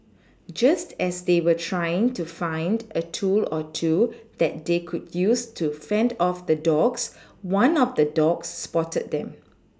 just as they were trying to find a tool or two that they could use to fend off the dogs one of the dogs spotted them